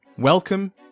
Welcome